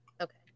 okay